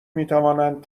میتوانند